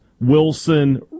Wilson